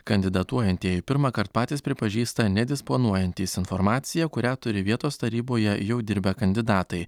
kandidatuojantieji pirmąkart patys pripažįsta nedisponuojantys informacija kurią turi vietos taryboje jau dirbę kandidatai